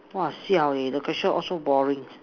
!whoa! siao eh the question all so boring